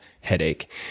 headache